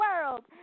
world